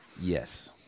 yes